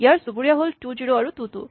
ইয়াৰ চুবুৰীয়া হ'ল two zero আৰু টু টু